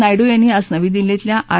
नायडू यांनी आज नवी दिल्लीतल्या आर